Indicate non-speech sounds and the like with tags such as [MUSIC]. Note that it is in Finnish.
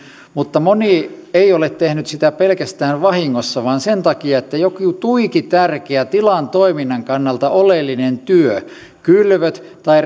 mutta moni ei ole tehnyt sitä pelkästään vahingossa vaan sen takia että jokin tuiki tärkeä tilan toiminnan kannalta oleellinen työ kylvöt tai [UNINTELLIGIBLE]